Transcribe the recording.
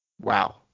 Wow